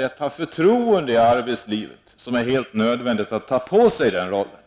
ett förtroende i arbetslivet som är helt nödvändigt för att de skall kunna ta på sig den rollen.